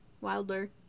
wilder